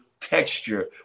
texture